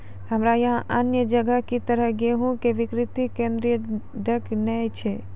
हमरा यहाँ अन्य जगह की तरह गेहूँ के बिक्री केन्द्रऽक नैय छैय?